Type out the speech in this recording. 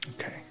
Okay